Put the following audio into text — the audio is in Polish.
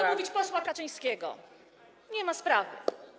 Mogę mówić: posła Kaczyńskiego, nie ma sprawy.